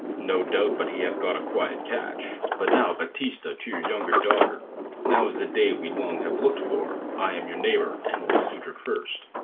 no doubt but he hath got a quiet catch. but now, baptista, to your younger daughter now is the day we long have looked for i am your neighbour, and was suitor first.